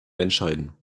entscheiden